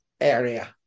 area